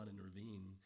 intervene